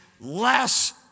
less